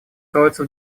кроются